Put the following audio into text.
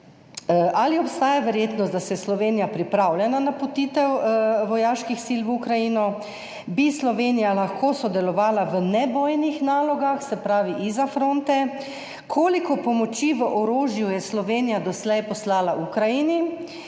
Ali obstaja verjetnost, da se Slovenija pripravlja na napotitev vojaških sil v Ukrajino? Bi Slovenija lahko sodelovala v nebojnih nalogah, se pravi izza fronte? Koliko pomoči v obliki orožja je Slovenija doslej poslala Ukrajini?